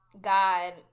God